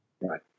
Right